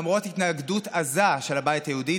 למרות התנגדות עזה של הבית היהודי,